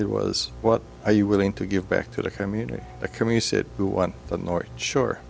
it was what are you willing to give back to the community the community who won the north shore